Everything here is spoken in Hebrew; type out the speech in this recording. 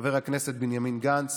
חבר הכנסת בנימין גנץ,